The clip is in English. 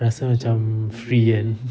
rasa macam free kan